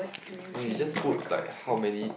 do you think my card is